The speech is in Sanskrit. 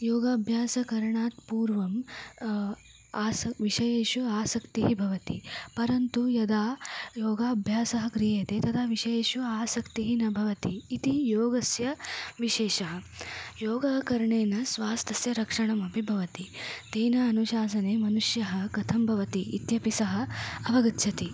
योगाभ्यासं करणात्पूर्वम् आस विषयेषु आसक्तिः भवति परन्तु यदा योगाभ्यासः क्रियते तदा विषयेषु आसक्तिः न भवति इति योगस्य विशेषः योगकरणेन स्वास्थस्य रक्षणमपि भवति तेन अनुशासने मनुष्यः कथं भवति इत्यपि सः अवगच्छति